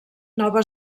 nova